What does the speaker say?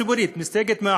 גם לשכת עורכי-הדין,